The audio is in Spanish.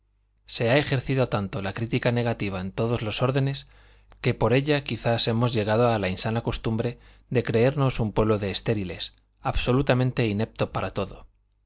se ha ejercido tanto la crítica negativa en todos los órdenes que por ella quizás hemos llegado a la insana costumbre de creernos un pueblo de estériles absolutamente inepto para todo